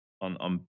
on